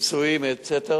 פצועים .etc,